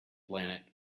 planet